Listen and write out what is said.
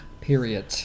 Period